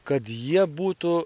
kad jie būtų